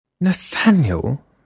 Nathaniel